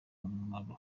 umumaro